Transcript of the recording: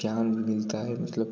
ज्ञान मिलता है मतलब कुछ